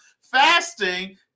Fasting